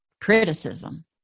criticism